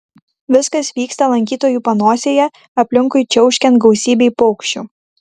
viskas vyksta lankytojų panosėje aplinkui čiauškant gausybei paukščių